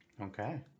Okay